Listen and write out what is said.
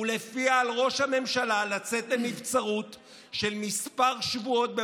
ולפיה על ראש הממשלה לצאת לנבצרות של כמה שבועות,